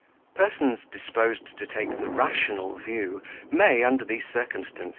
persons disposed to take the rational view may, under these circumstances,